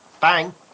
bang